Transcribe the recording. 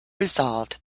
resolved